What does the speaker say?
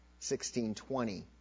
1620